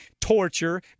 torture